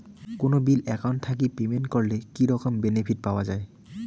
কোনো bill account থাকি payment করলে কি রকম বেনিফিট পাওয়া য়ায়?